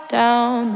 down